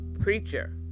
preacher